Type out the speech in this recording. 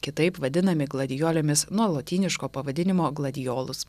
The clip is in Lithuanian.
kitaip vadinami gladiolėmis nuo lotyniško pavadinimo gladiolus